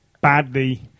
badly